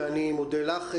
ואני מודה לך.